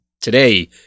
Today